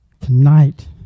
Tonight